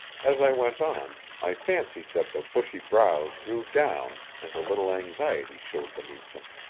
as i went on, i fancied that the bushy brows drew down and a little anxiety showed beneath them.